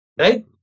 Right